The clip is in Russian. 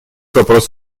вопрос